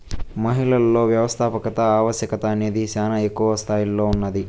మహిళలలో వ్యవస్థాపకత ఆవశ్యకత అనేది శానా ఎక్కువ స్తాయిలో ఉన్నాది